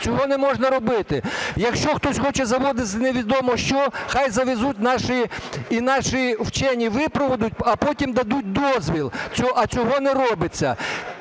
цього не можна робити. Якщо хтось хоче завозити невідомо що, хай завезуть і наші вчені випробують, а потім дадуть дозвіл, а цього не робиться.